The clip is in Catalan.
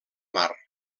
mar